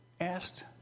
asked